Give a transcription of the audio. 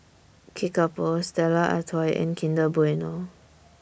Kickapoo Stella Artois and Kinder Bueno